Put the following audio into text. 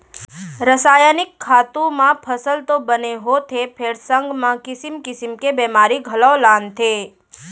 रसायनिक खातू म फसल तो बने होथे फेर संग म किसिम किसिम के बेमारी घलौ लानथे